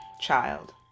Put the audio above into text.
child